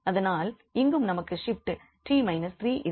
அதனால் இங்கும் நமக்கு ஷிப்ட் 𝑡 − 3 இருக்கின்றது